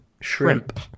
Shrimp